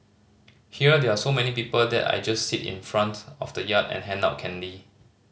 here there so many people that I just sit in the front of the yard and hand out candy